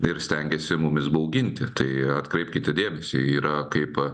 ir stengiasi mumis bauginti tai atkreipkite dėmesį yra kaip